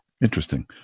Interesting